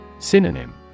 Synonym